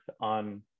on